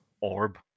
Orb